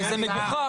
וזה מגוחך